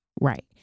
Right